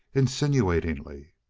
insinuatingly.